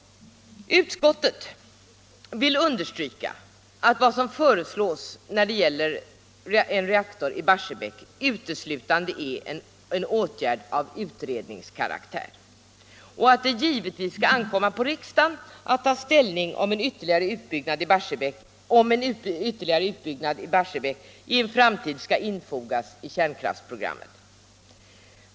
Utskottet vill understryka att vad som föreslås avseende en reaktor i Barsebäck uteslutande är en åtgärd av utredningskaraktär och att det givetvis skall ankomma på riksdagen att ta ställning till om en ytterligare utbyggnad i Barsebäck i en framtid skall infogas i kärnkraftsprogrammet.